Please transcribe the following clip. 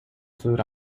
food